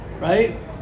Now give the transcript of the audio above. right